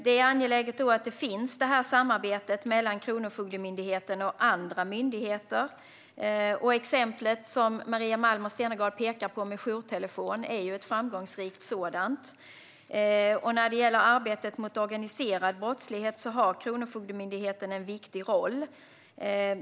Då är det angeläget att det finns ett samarbete mellan Kronofogdemyndigheten och andra myndigheter. Jourtelefon, som Maria Malmer Stenergard pekar på, är ett framgångsrikt sådant. När det gäller arbetet mot organiserad brottslighet har Kronofogdemyndigheten en viktig roll.